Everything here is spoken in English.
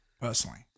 personally